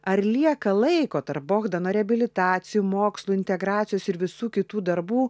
ar lieka laiko tarp bogdano reabilitacijų mokslo integracijos ir visų kitų darbų